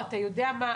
מירב בן ארי,